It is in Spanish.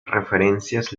referencias